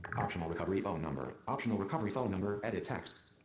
optional recovery phone number. optional recovery phone number edit text.